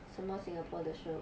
什么 singapore 的 show